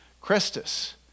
Christus